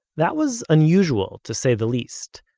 that was unusual, to say the least.